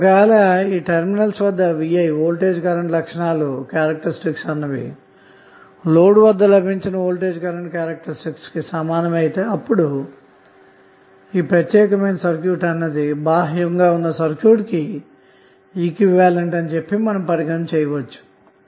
ఒకవేళ ఈ టెర్మినల్స్ వద్ద V I లక్షణం అన్నది లోడ్ వద్ద లభించిన V I లక్షణం కి సమానమైతే అప్పుడు ఈ ప్రత్యేక సర్క్యూట్ అన్నది బాహ్య సర్క్యూట్ కి ఈక్వివలెంట్ గా పరిగణించవచ్చు అన్న మాట